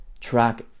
track